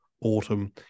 autumn